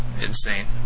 insane